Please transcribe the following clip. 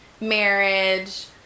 marriage